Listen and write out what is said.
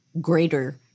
greater